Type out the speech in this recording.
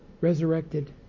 resurrected